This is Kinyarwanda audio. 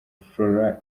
florent